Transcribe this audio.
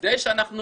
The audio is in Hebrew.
כדי שאנחנו